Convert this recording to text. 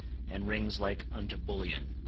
and rings like unto bullion.